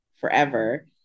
forever